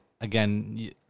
again